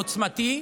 עוצמתי,